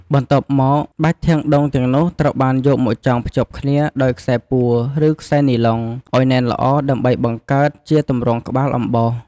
បន្ទាប់មកបាច់ធាងដូងទាំងនោះត្រូវបានយកមកចងភ្ជាប់គ្នាដោយខ្សែពួរឬខ្សែនីឡុង ឲ្យណែនល្អ ដើម្បីបង្កើតជាទម្រង់ក្បាលអំបោស។